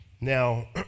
Now